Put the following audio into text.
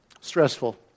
Stressful